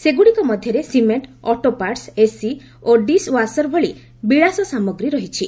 ସେଗୁଡ଼ିକ ମଧ୍ୟରେ ସିମେଙ୍କ ଅଟୋପାର୍ଟସ୍ ଏସି ଓ ଡିଶ୍ ଓାଶର ଭଳି ବିଳାଶ ସାମଗ୍ରୀ ରହିଛି